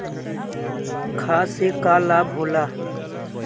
खाद्य से का लाभ होला?